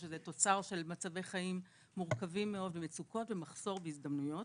שזה תוצר של מצבי חיים מורכבים מאוד ומצוקות ומחסור בהזדמנויות,